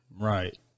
Right